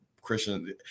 Christian